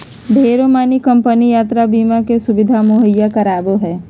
ढेरे मानी कम्पनी यात्रा बीमा के सुविधा मुहैया करावो हय